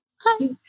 hi